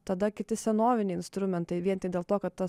tada kiti senoviniai instrumentai vien tik dėl to kad ta